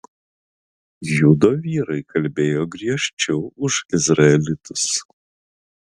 judo vyrai kalbėjo griežčiau už izraelitus